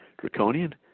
draconian